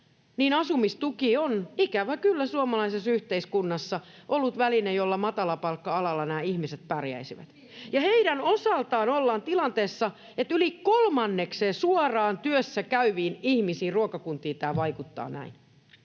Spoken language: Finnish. niin asumistuki on, ikävä kyllä, suomalaisessa yhteiskunnassa ollut väline, jolla matalapalkka-alalla nämä ihmiset pärjäisivät. Ja heidän osaltaan ollaan tilanteessa, että yli kolmannekseen työssäkäyvistä ihmisistä, ruokakunnista, tämä suoraan vaikuttaa näin.